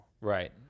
Right